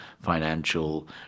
financial